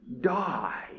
die